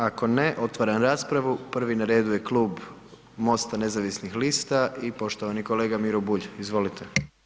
Ako ne, otvaram raspravu, prvi na redu je Klub Mosta nezavisnih lista i poštovani kolega Miro Bulj, izvolite.